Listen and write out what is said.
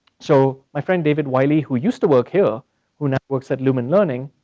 so my friend david wiley who used to work here who now works at human learning